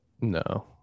no